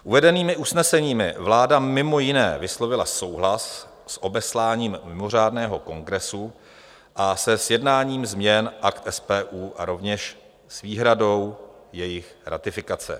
Uvedenými usneseními vláda mimo jiné vyslovila souhlas s obesláním mimořádného kongresu, se sjednáním změn Akt SPU a rovněž s výhradou jejich ratifikace.